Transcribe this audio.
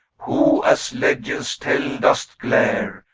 who, as legends tell, dost glare,